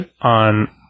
on